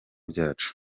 byacu